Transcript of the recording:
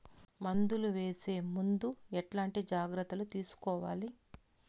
మందులు వేసే ముందు ఎట్లాంటి జాగ్రత్తలు తీసుకోవాలి?